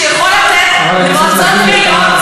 שיכול לתת למועצות דתיות,